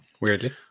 weirdly